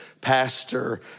pastor